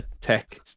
tech